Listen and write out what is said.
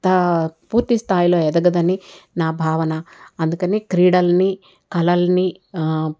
త పూర్తిస్థాయిలో ఎదగదని నా భావన అందుకని క్రీడల్ని కలల్ని